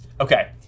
Okay